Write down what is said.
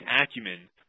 acumen